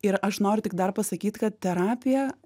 ir aš noriu tik dar pasakyt kad terapija